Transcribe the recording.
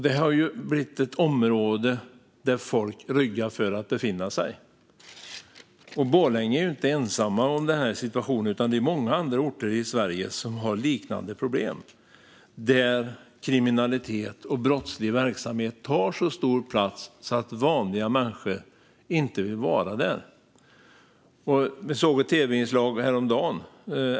Det har blivit ett område som folk ryggar för att befinna sig i. Borlänge är inte ensamt om den här situationen; det är många andra orter i Sverige som har liknande problem, där kriminalitet och brottslig verksamhet tar så stor plats att vanliga människor inte vill vara där. Jag såg ett tv-inslag häromdagen.